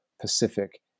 Pacific